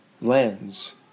lens